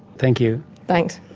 thank you. thanks.